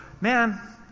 man